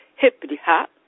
hippity-hop